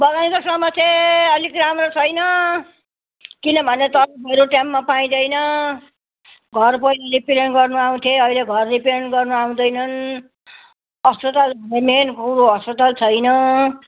बगानको समस्या अलिक राम्रो छैन किनभने तलबहरू टाइममा पाइँदैन घर पहिले रिपेयरिङ गर्नु आउँथे अहिले घर रिपेयरिङ गर्नु आउँदैनन् अस्पताल मेन हो अस्पताल छैन